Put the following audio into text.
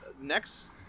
Next